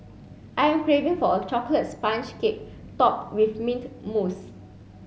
I am craving for a chocolate sponge cake topped with mint mousse